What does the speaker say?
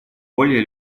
более